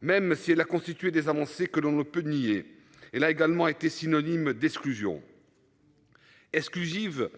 Même si elle a constitué des avancées que l'on ne peut nier et elle a également été synonyme d'exclusion. Exclusive